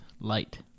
light